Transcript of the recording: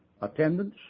Attendance